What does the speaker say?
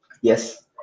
Yes